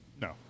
No